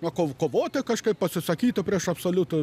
va ko kovoti kažkaip pasisakyti prieš absoliutų